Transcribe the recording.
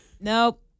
nope